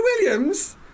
williams